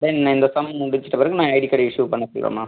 தென் இந்த செம் முடிச்சுட்ட பிறகு நான் ஐடி கார்ட் இஸ்யூ பண்ண சொல்கிறேன்ம்மா